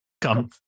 come